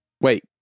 wait